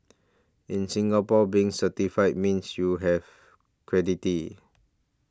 in Singapore being certified means you have